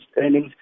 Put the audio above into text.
earnings